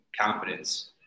confidence